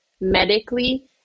medically